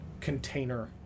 container